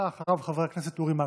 אחריו, חבר הכנסת אורי מקלב.